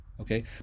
okay